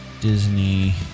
Disney